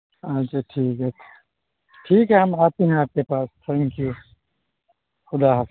اچھا ٹھیک ہے ٹھیک ہے ہم آتے ہیں آپ کے پاس تھینک یو خدا حاف